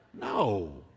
No